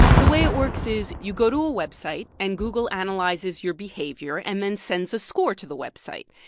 the way it works is you go to a website, and google analyzes your behavior and then sends a score to the website.